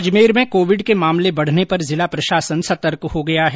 अजमेर में कोविड के मामले बढ़ने पर जिला प्रशासन सतर्क हो गया है